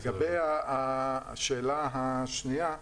לגבי השאלה הראשונה,